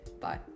Bye